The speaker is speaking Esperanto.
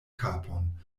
kapon